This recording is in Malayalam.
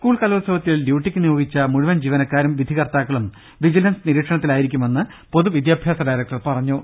സ്കൂൾ കലോത്സവത്തിൽ ഡ്യൂട്ടിയ്ക്ക് നിയോഗിച്ച മുഴുവൻ ജീവ നക്കാരും വിധികർത്താക്കളും വിജിലൻസ് നിരീക്ഷണത്തിലായിരി ക്കുമെന്ന് പൊതുവിദ്യാഭ്യാസ ഡയറക്ടർ അറിയിച്ചു